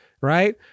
right